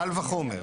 קל וחומר.